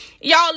Y'all